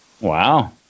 Wow